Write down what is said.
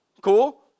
Cool